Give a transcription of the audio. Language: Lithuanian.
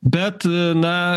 bet na